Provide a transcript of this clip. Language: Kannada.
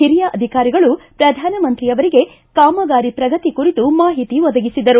ಹಿರಿಯ ಅಧಿಕಾರಿಗಳು ಪ್ರಧಾನಮಂತ್ರಿ ಅವರಿಗೆ ಕಾಮಗಾರಿ ಪ್ರಗತಿ ಕುರಿತು ಮಾಹಿತಿ ಒದಗಿಸಿದರು